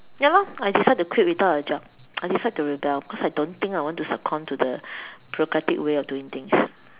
ya lah I decide to quit without a job I decide to rebel because I don't think I want to succumb to the bureaucratic way of doing things